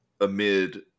amid